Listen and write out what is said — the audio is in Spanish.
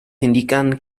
indican